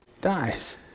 dies